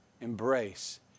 embrace